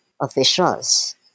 Officials